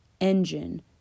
engine